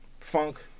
funk